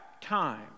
time